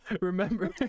Remember